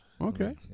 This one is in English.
Okay